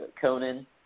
Conan